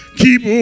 keep